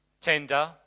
tender